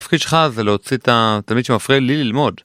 התפקיד שלך זה להוציא את התלמיד שמפריע לי ללמוד.